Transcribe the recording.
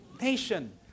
nation